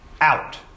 out